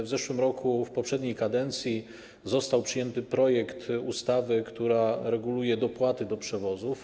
W zeszłym roku, w poprzedniej kadencji został przyjęty projekt ustawy, która reguluje dopłaty do przewozów.